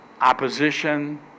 Opposition